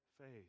Faith